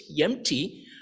empty